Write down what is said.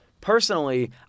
Personally